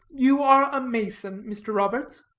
you are a mason, mr. roberts?